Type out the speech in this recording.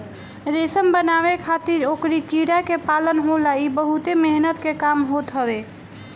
रेशम बनावे खातिर ओकरी कीड़ा के पालन होला इ बहुते मेहनत के काम होत हवे